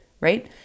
right